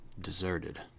Deserted